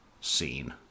scene